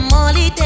Molly